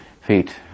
feet